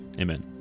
Amen